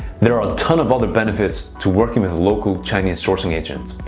there are a ton of other benefits to working with a local chinese sourcing agent.